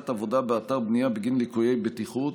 עבודה באתרי בנייה בגין ליקויי בטיחות,